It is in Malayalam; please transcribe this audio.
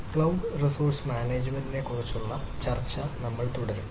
ക്ലൌഡിലെ റിസോഴ്സ് മാനേജ്മെന്റിനെക്കുറിച്ചുള്ള ചർച്ച നമ്മൾ തുടരും